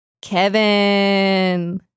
Kevin